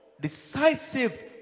decisive